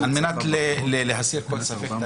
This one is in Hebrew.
על מנת להסיר כל ספק,